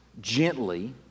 gently